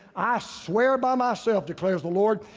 i swear by myself declares the lord,